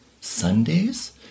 Sundays